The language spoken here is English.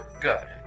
Good